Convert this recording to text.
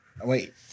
Wait